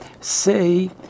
say